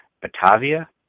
Batavia